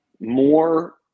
more